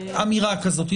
אמירה כזאת.